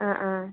ആ ആ